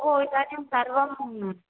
ओ इदानीं सर्वंं न